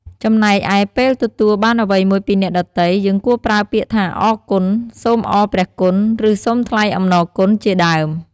ចំណែកឯពេលទទួលបានអ្វីមួយពីអ្នកដទៃ យើងគួរប្រើពាក្យថា "អរគុណ" "សូមអរព្រះគុណ" ឬ "សូមថ្លែងអំណរគុណ" ជាដើម។